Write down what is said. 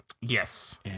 Yes